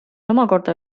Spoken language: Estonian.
omakorda